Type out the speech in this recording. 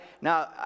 Now